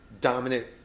dominant